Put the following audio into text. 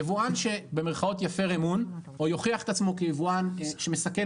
יבואן שבמרכאות יפר אמון או יוכיח את עצמו כיבואן שמסכן